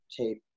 Tape